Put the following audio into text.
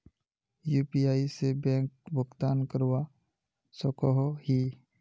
UPI से bank भुगतान करवा सकोहो ही?